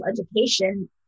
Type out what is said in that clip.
education